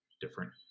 different